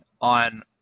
on